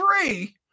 three